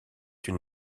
une